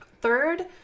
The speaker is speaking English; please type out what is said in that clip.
Third